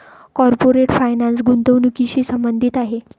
corporate finance गुंतवणुकीशी संबंधित आहे